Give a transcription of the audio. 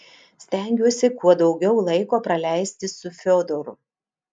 stengiuosi kuo daugiau laiko praleisti su fiodoru